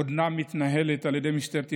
עודנה מתנהלת על ידי משטרת ישראל,